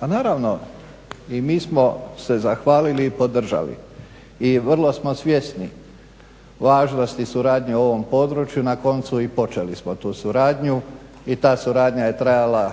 pa naravno i mi smo se zahvalili i podržali i vrlo smo svjesni važnosti suradnje u ovom području, na koncu i počeli smo tu suradnju i ta suradnja je trajala